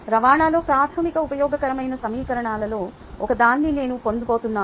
రవాణాలో ప్రాథమిక ఉపయోగకరమైన సమీకరణాలలో ఒకదాన్ని నేను పొందబోతున్నాను